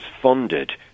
funded